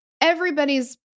everybody's